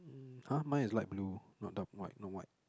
ah mine is light blue not dumb white no white